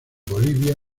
bolivia